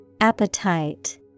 Appetite